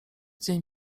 dzień